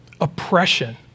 oppression